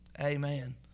Amen